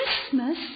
Christmas